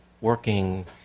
working